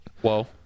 Whoa